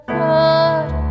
good